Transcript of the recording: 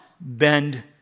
bend